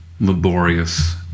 laborious